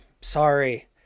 sorry